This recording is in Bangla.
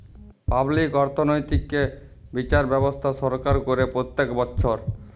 পাবলিক অর্থনৈতিক্যে বিচার ব্যবস্থা সরকার করে প্রত্যক বচ্ছর